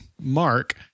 Mark